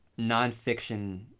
nonfiction